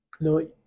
no